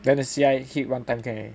then the C_I hit one time can already